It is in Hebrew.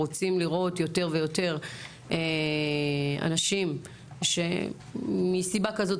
רוצים לראות יותר ויותר אנשים שמסיבה כזאת